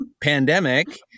pandemic